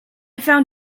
found